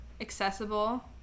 accessible